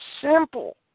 simple